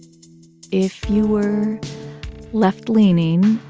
if you were left leaning,